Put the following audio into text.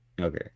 Okay